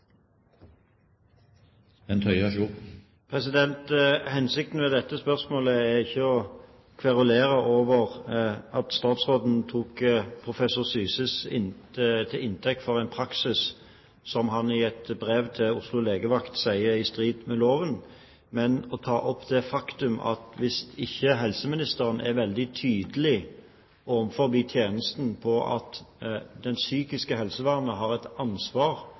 Hensikten med dette spørsmålet er ikke å kverulere over at statsråden tok professor Syse til inntekt for en praksis som han i et brev til Oslo legevakt sier er i strid med loven, men å ta opp det faktum at hvis ikke helseministeren er veldig tydelig overfor tjenesten på at det psykiske helsevernet har et ansvar